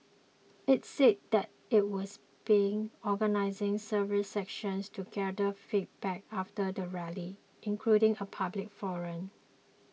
it said that it was be organising several sessions to gather feedback after the Rally including a public forum